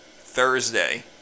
Thursday